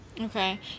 okay